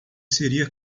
seria